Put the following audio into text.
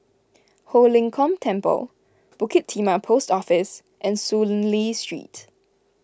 Ho Lim Kong Temple Bukit Timah Post Office and Soon Lee Street